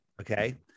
Okay